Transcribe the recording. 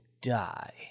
die